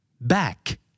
Back